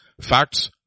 Facts